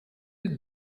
het